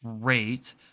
great